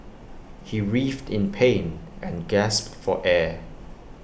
he writhed in pain and gasped for air